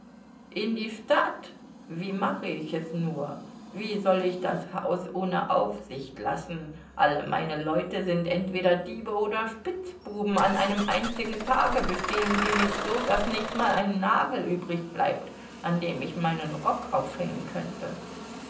in die stadt wie mache ich es nur wie soll ich das haus ohne aufsicht lassen alle meine leute sind entweder diebe oder spitzbuben an einem einzigen tage bestehlen sie mich so daß nicht mal ein nagel übrigbleibt an dem ich meinen rock aufhängen könnte